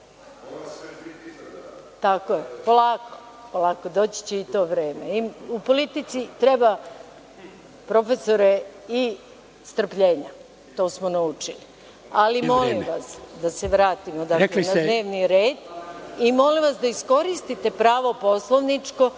polako, doći će i to vreme. U politici treba, profesore, i strpljenja. To smo naučili. Ali, molim vas da se vratimo na dnevni red i molim vas da iskoristite pravo poslovničko